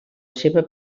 seva